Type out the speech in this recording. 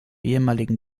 ehemaligen